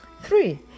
Three